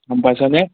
গম পাইছো নে